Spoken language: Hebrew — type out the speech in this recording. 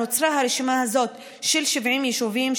נוצרה הרשימה הזאת של 70 היישובים,